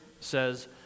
says